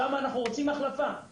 שם אנחנו רוצים החלפה.